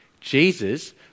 Jesus